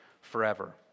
forever